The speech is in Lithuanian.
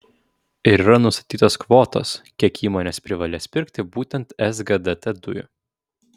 ir yra nustatytos kvotos kiek įmonės privalės pirkti būtent sgdt dujų